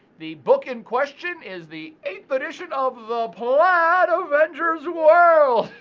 the book in question is the eighth edition of the plaid avenger's world.